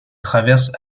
traverses